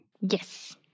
Yes